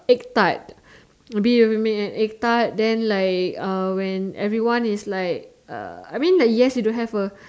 egg Tart maybe you make a egg Tart then like uh when everyone is like uh I mean like yes you don't have a